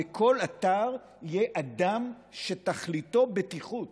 שבכל אתר יהיה אדם שתכליתו בטיחות,